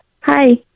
hi